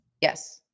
yes